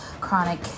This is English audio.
chronic